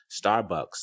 Starbucks